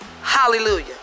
hallelujah